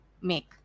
make